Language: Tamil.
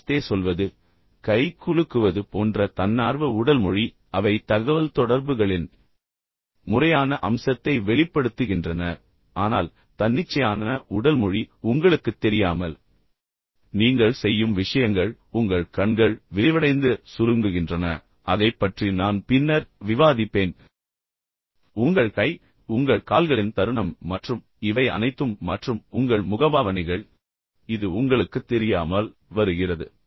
நமஸ்தே சொல்வது கை குலுக்குவது போன்ற தன்னார்வ உடல் மொழி அவை வெறுமனே தகவல்தொடர்புகளின் முறையான அம்சத்தை வெளிப்படுத்துகின்றன ஆனால் தன்னிச்சையான உடல் மொழி உங்களுக்குத் தெரியாமல் நீங்கள் செய்யும் விஷயங்கள் உங்கள் கண்கள் விரிவடைந்து சுருங்குகின்றன அதைப் பற்றி நான் பின்னர் விவாதிப்பேன் உங்கள் கை உங்கள் கால்களின் தருணம் மற்றும் இவை அனைத்தும் மற்றும் உங்கள் முகபாவனைகள் இது உங்களுக்குத் தெரியாமல் வருகிறது